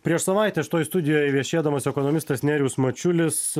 prieš savaitę šitoje studijoje viešėdamas ekonomistas nerijus mačiulis